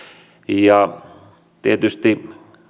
ja tietysti